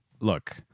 Look